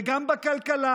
וגם בכלכלה,